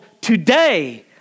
today